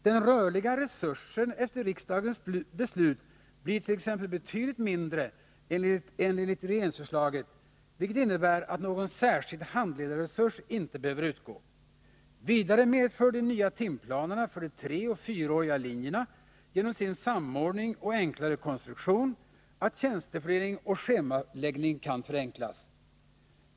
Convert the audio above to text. Den rörliga resursen efter riksdagens beslut blir t.ex. betydligt mindre än enligt regeringsförslaget, vilket innebär att någon särskild handledarresurs inte behöver utgå. Vidare medför de nya timplanerna för de treoch fyraåriga linjerna genom sin samordning och enklare konstruktion att tjänstefördelning och schemaläggning kan förenklas.